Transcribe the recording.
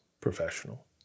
professional